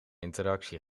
interactie